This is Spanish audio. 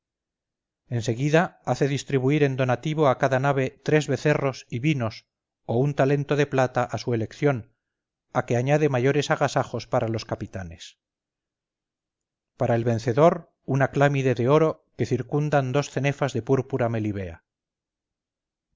seguida hace distribuir en donativo a cada nave tres becerros y vinos o un talento de plata a su elección a que añade mayores agasajos para los capitanes para el vencedor una clámide de oro que circundan dos cenefas de púrpura melibea